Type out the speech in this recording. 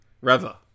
Reva